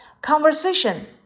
Conversation